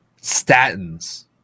Statins